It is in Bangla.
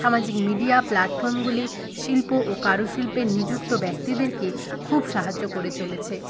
সামাজিক মিডিয়া প্ল্যাটফর্মগুলি শিল্প ও কারুশিল্পে নিযুক্ত ব্যক্তিদেরকে খুব সাহায্য করে চলেছে